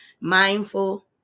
mindful